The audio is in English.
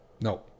No